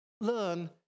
Learn